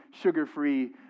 sugar-free